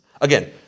Again